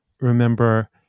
remember